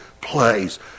place